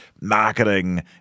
marketing